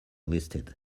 listed